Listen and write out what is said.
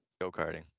go-karting